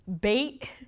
bait